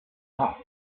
off